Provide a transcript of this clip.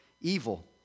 evil